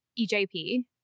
EJP